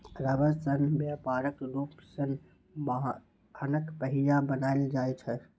रबड़ सं व्यापक रूप सं वाहनक पहिया बनाएल जाइ छै